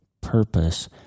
purpose